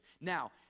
now